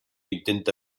intenta